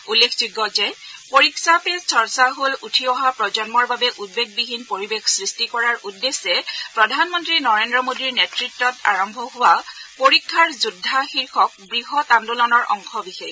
উল্লেখযোগ্য যে পৰীক্ষা পে চৰ্চা হল উঠি অহা প্ৰজন্মৰ বাবে উদ্বেগবিহীন পৰিৱেশ সৃষ্টি কৰাৰ উদ্দেশ্যে প্ৰধানমন্ত্ৰী নৰেন্দ্ৰ মোদীৰ নেত়ত্বত আৰম্ভ হোৱা 'পৰীক্ষাৰ যোদ্ধা' শীৰ্ষক বৃহৎ আন্দোলনৰ অংশ বিশেষ